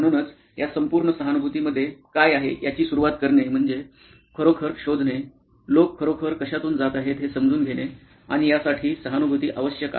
म्हणूनच या संपूर्ण सहानुभूती मध्ये काय आहे याची सुरूवात करणे म्हणजे खरोखर शोधणे लोक खरोखर कश्यातून जात आहेत हे समजून घेणे आणि यासाठी सहानुभूती आवश्यक आहे